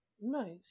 Nice